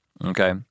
Okay